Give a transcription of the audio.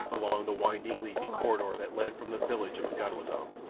along the winding, leafy corridor that led from the village of m'ganwazam,